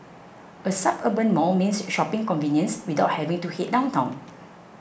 a suburban mall means shopping convenience without having to head downtown